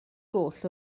goll